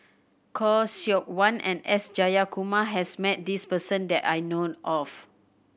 Khoo Seok Wan and S Jayakumar has met this person that I know of